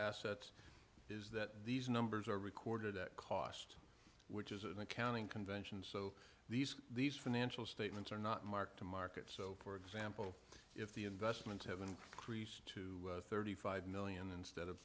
assets is that these numbers are recorded at cost which is an accounting convention so these these financial statements are not marked to market so for example if the investments have increased to thirty five million instead of